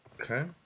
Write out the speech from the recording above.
Okay